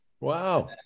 Wow